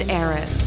Aaron